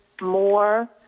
more